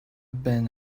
been